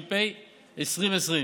התש"ף 2020,